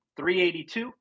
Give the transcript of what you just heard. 382